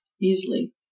easily